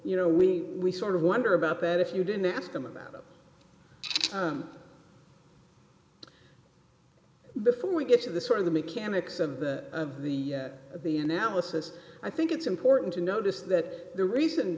know we sort of wonder about that if you didn't ask them about it before we get to the sort of the mechanics of the of the the analysis i think it's important to notice that the reason